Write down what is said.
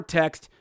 text